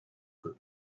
good